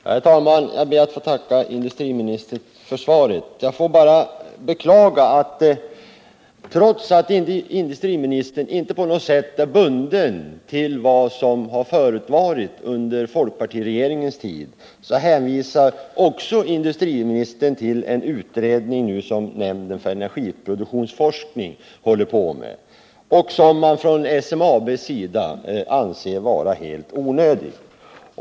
Herr talman! Jag ber att få tacka industriministern för svaret. Jag beklagar att industriministern, trots att han inte på något sätt är bunden till vad som förevarit under folkpartiregeringens tid, hänvisar till den utredning som nämnden för energiproduktionsforskning håller på med och som SMAB anser vara helt onödig.